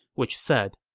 which said,